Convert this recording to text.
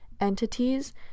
entities